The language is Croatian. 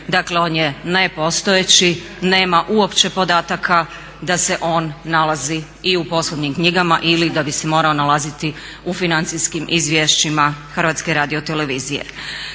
dakle on je nepostojeći, nema uopće podataka da se on nalazi i u poslovnim knjigama ili da bi se morao nalaziti u financijskim izvješćima HRT-a. Za ilustraciju